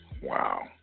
Wow